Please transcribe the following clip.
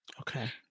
Okay